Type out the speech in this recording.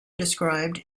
described